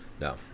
No